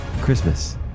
Christmas